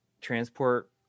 transport